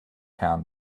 herren